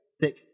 thick